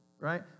Right